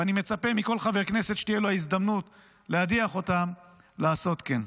ואני מצפה מכל חבר כנסת שתהיה לו ההזדמנות להדיח אותם לעשות כן.